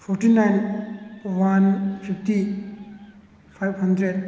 forty nine one fifty five hundred